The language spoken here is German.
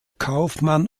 kaufmann